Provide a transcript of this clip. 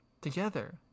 Together